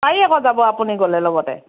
পাৰি আকৌ যাব আপুনি গ'লে লগতে